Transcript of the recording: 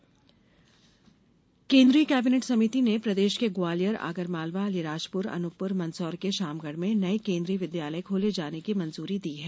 केन्द्रीय विद्यालय केन्द्रीय कैबिनेट समिति ने प्रदेश के ग्वालियर आगरमालवा अलीराजपुर अनूपपुर मंदसौर के शामगढ में नये केन्द्रीय विद्यालय खोले जाने की मंजूरी दी है